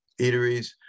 eateries